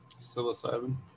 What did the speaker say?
psilocybin